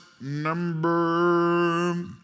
number